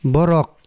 Borok